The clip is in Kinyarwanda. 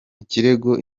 ikirego